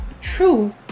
true